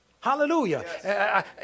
Hallelujah